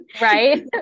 Right